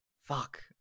Fuck